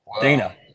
Dana